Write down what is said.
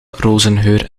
rozengeur